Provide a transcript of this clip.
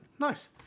nice